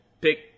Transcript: pick